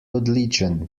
odličen